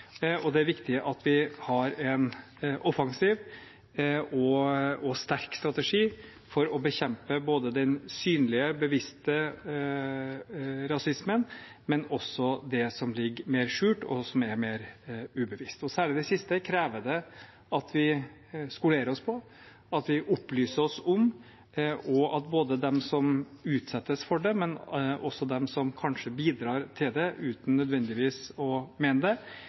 og det er viktig at vi har en offensiv og sterk strategi for å bekjempe den synlige, bevisste rasismen, men også det som ligger mer skjult, og som er mer ubevisst. Særlig det siste krever det at vi skolerer oss på, at vi opplyser oss om, og at både de som utsettes for det, og de som kanskje bidrar til det uten nødvendigvis å mene det,